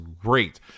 great